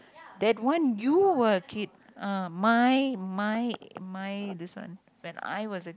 that one you were a kid ah my my my this one when I was a kid